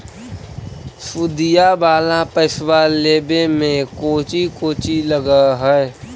सुदिया वाला पैसबा लेबे में कोची कोची लगहय?